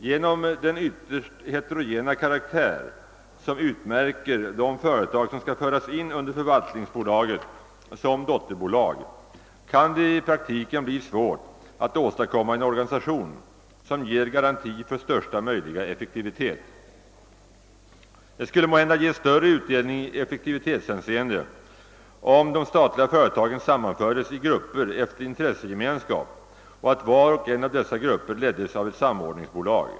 Genom den ytterst heterogena karak :är som utmärker de företag som skall föras in under förvaltningsbolaget som dotterbolag kan det i praktiken bli svårt att åstadkomma en organisation, som ger garanti för största möjliga effektivi tet. Det skulle måhända ge större utdelning i effektivitetshänseende, om de statliga företagen sammanfördes i grupper efter intressegemenskap och att var och en av dessa grupper leddes av ett samordningsbolag.